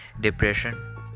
depression